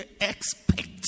Expect